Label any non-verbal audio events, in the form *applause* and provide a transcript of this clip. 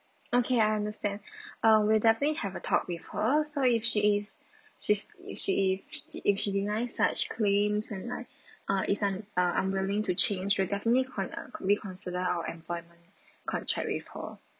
okay I understand *breath* uh we definitely have a talk with her so if she is she's she is if she deny such claim and like uh is un~ uh unwilling to change we definitely going to reconsider our employment contract with her